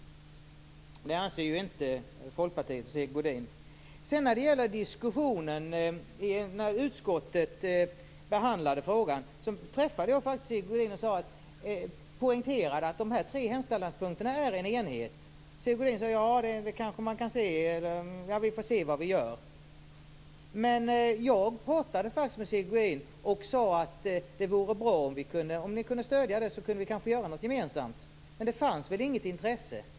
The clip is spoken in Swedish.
Det anser inte Vad gäller diskussionen när utskottet behandlade frågan träffade jag faktiskt Sigge Godin och poängterade att de tre hemställanspunkterna är en enhet. Sigge Godin svarade: Så kan man kanske se det. Vi får se vad vi gör. Jag pratade faktiskt med Sigge Godin och sade: Det vore bra om ni kunde ge ert stöd så att vi kanske kan göra något gemensamt. Men det fanns väl inget intresse.